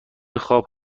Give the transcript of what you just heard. خواب